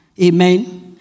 Amen